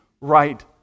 right